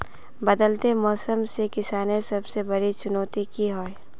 बदलते मौसम से किसानेर सबसे बड़ी चुनौती की होय?